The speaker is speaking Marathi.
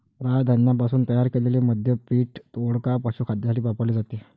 राय धान्यापासून तयार केलेले मद्य पीठ, वोडका, पशुखाद्यासाठी वापरले जाते